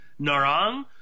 Narang